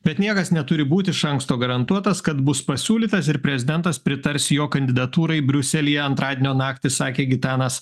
bet niekas neturi būt iš anksto garantuotas kad bus pasiūlytas ir prezidentas pritars jo kandidatūrai briuselyje antradienio naktį sakė gitanas